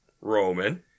Roman